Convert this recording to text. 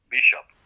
Bishop